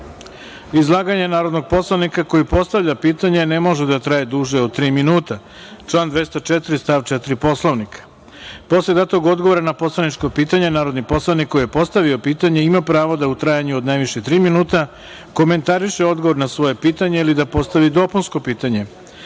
pitanja. Izlaganje narodnog poslanika koji postavlja pitanje ne može da traje duže od tri minuta, član 204. stav 4. Poslovnika. Posle datog odgovora na poslaničko pitanje, narodni poslanik koji je postavio pitanje ima pravo da u trajanju od najviše tri minuta komentariše odgovor na svoje pitanje ili da postavi dopunsko pitanje.